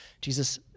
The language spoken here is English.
Jesus